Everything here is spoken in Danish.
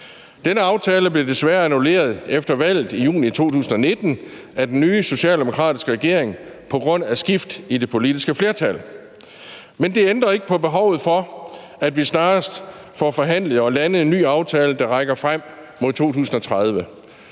Denne aftale blev desværre annulleret efter valget i juni 2019 af den nye socialdemokratiske regering på grund af skift i det politiske flertal. Men det ændrer ikke på behovet for, at vi snarest får forhandlet og landet en ny aftale, der rækker frem mod 2030.